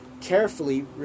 carefully